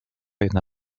jedna